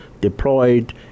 deployed